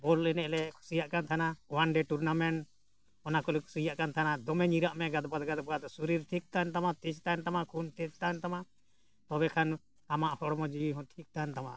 ᱵᱚᱞ ᱮᱱᱮᱡ ᱞᱮ ᱠᱩᱥᱤᱭᱟᱜ ᱠᱟᱱ ᱛᱟᱦᱮᱱᱟ ᱚᱣᱟᱱ ᱰᱮ ᱴᱩᱨᱱᱟᱢᱮᱱᱴ ᱚᱱᱟ ᱠᱚᱞᱮ ᱠᱩᱥᱤᱭᱟᱜ ᱠᱟᱱ ᱛᱟᱦᱮᱱᱟ ᱫᱚᱢᱮ ᱧᱤᱨᱟᱜ ᱢᱮ ᱜᱟᱫᱵᱟᱫ ᱜᱟᱫᱵᱟᱫ ᱥᱚᱨᱤᱨ ᱴᱷᱤᱠ ᱛᱟᱦᱮᱱ ᱛᱟᱢᱟ ᱛᱮᱡᱽ ᱛᱟᱦᱮᱱ ᱛᱟᱢᱟ ᱠᱷᱩᱱ ᱛᱮᱡᱽ ᱛᱟᱦᱮᱱ ᱛᱟᱢᱟ ᱛᱚᱵᱮ ᱠᱷᱟᱱ ᱟᱢᱟᱜ ᱦᱚᱲᱢᱚ ᱡᱤᱣᱤ ᱦᱚᱸ ᱴᱷᱤᱠ ᱛᱟᱦᱮᱱ ᱛᱟᱢᱟ